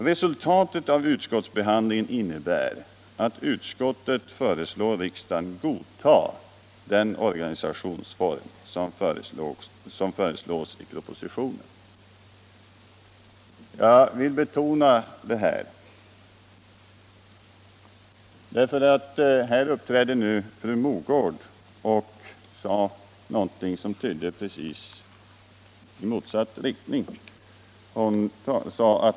Resultatet av utskottsbehandlingen innebär att kulturutskottet hemställer att riksdagen godtar den organisationsform som föreslås i propositionen. Jag vill betona detta, eftersom fru Mogård sade någonting i motsatt riktning.